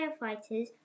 firefighters